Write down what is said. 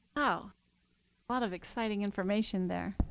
wow. a lot of exciting information there.